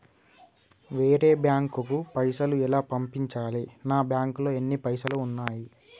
వేరే బ్యాంకుకు పైసలు ఎలా పంపించాలి? నా బ్యాంకులో ఎన్ని పైసలు ఉన్నాయి?